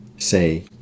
say